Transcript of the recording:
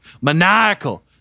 maniacal